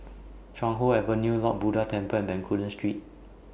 Chuan Hoe Avenue Lord Buddha Temple and Bencoolen Street